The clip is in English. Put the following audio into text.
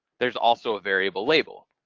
there's also a variable label.